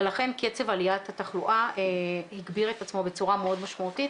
ולכן קצב עליית התחלואה הגביר את עצמו בצורה מאוד משמעותית